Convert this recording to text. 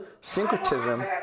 syncretism